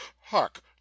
Hark